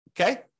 okay